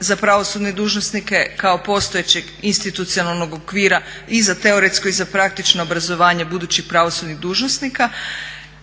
za pravosudne dužnosnike kao postojećeg institucionalnog okvira i za teoretsko i za praktično obrazovanje budućih pravosudnih dužnosnika,